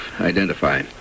identify